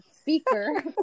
speaker